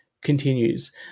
continues